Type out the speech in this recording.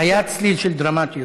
היה צליל של דרמטיות.